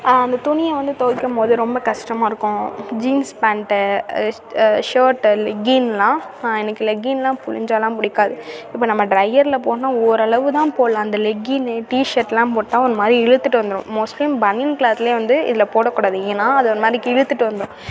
அந்த துணியை வந்து துவைக்கம்போது ரொம்ப கஷ்டமாக இருக்கும் ஜீன்ஸ் பேண்ட்டு ஷேர்ட்டு லெகின்லாம் எனக்கு லெகினெலாம் புழிஞ்சாலாம் பிடிக்காது இப்போ நம்ம ட்ரையரில் போட்ணும்னா ஓரளவுதான் போடலாம் அந்த லெகின்னு டிஷேர்ட்லாம் போட்டால் ஒருமாதிரி இழுத்துட்டு வந்துடும் மோஸ்ட்லி பனியன் க்ளாத்தில் வந்து இதில் போடக்கூடாது ஏனால் அது ஒருமாதிரி இழுத்துட்டு வந்துடும்